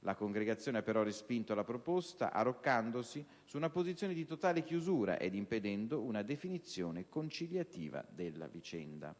La Congregazione ha però respinto la proposta arroccandosi su una posizione di totale chiusura ed impedendo una definizione conciliativa della vicenda.